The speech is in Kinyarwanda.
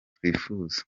twifuza